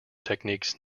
techniques